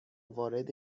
وارد